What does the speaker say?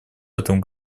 этом